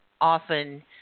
often